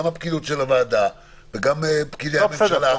הפקידות של הוועדה ופקידי הממשלה,